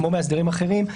כמו מאסדרים אחרים,